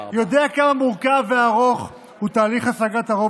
יודע כמה מורכב וארוך הוא תהליך השגת הרוב